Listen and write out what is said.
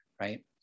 right